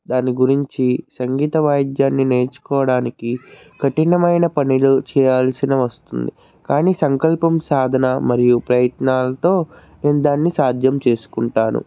దాని గురించి సంగీత వాయిద్యాన్ని నేర్చుకోవడానికి కఠినమైన పనిలో చేయాల్సిన వస్తుంది కానీ సంకల్పం సాధన మరియు ప్రయత్నాలతో నేను దాన్ని సాధ్యం చేసుకుంటాను